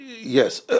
Yes